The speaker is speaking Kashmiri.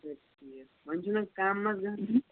اچھا ٹھیٖک وۄنۍ چھُنہ کَم اَتھ گَژھان